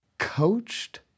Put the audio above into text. Coached